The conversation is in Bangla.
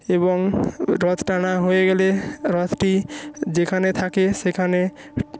এবং রথ টানা হয়ে গেলে রথটি যেখানে থাকে সেখানে